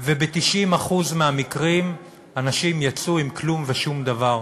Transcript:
וב-90% מהמקרים אנשים יצאו עם כלום ושום דבר,